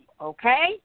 okay